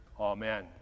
amen